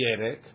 Yerek